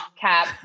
cap